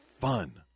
fun